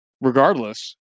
regardless